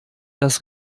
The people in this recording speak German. das